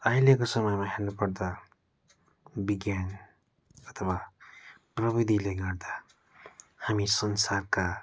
अहिलेको समयमा हेर्नु पर्दा विज्ञान अथवा प्रविधिले गर्दा हामी संसारका